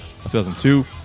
2002